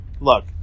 look